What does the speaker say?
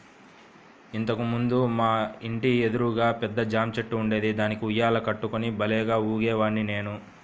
ఇంతకు ముందు మా ఇంటి ఎదురుగా పెద్ద జాంచెట్టు ఉండేది, దానికి ఉయ్యాల కట్టుకుని భల్లేగా ఊగేవాడ్ని నేను